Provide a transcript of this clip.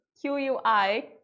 Q-U-I